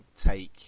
take